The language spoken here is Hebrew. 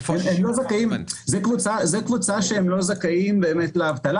זו קבוצה שהם לא זכאים לדמי אבטלה,